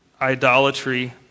idolatry